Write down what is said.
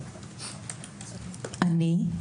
אני,